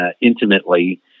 intimately